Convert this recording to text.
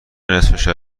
نصفه